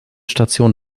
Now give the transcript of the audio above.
station